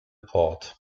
port